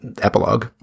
epilogue